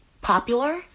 popular